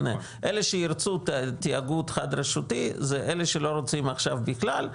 אלה שירצו תיאגוד חד-רשותי זה אלה שלא רוצים עכשיו בכלל,